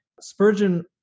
Spurgeon